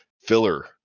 filler